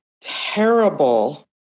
terrible